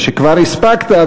ושכבר הספקת,